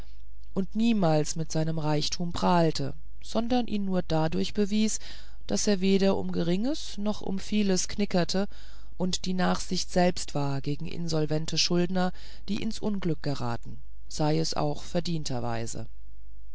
und niemals mit seinem reichtum prahlte sondern ihn nur dadurch bewies daß er weder um geringes noch um vieles knickerte und die nachsicht selbst war gegen insolvente schuldner die ins unglück geraten sei es auch verdienterweise